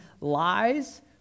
lies